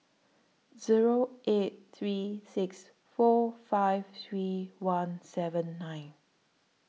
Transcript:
Zero eight three six four five three one seven nine